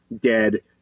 dead